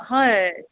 হয়